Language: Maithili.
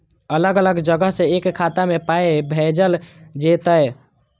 अलग अलग जगह से एक खाता मे पाय भैजल जेततै?